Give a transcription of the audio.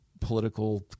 political